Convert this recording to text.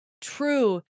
true